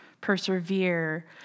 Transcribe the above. persevere